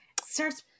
starts